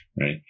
right